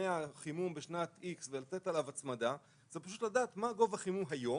דמי החימום בשנת X ולתת עליו הצמדה אנחנו נדע מה גובה החימום היום,